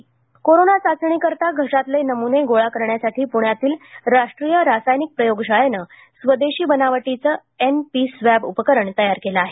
NP swab corona चाचणीकरता घशातले नमूने गोळा करण्यासाठी पूण्यातील राष्ट्रीय रासायनिक प्रयोगशाळेनं स्वदेशी बनावटीचे एनपी स्वॅब उपकरण तयार केले आहे